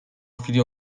chwili